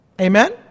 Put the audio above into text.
Amen